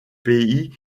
pays